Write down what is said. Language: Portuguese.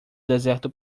deserto